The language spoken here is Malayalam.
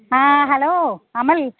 ആ ഹലോ അമൽ